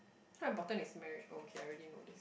how important is marriage oh okay I already know this